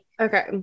okay